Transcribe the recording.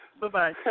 Bye-bye